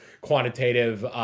quantitative